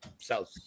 south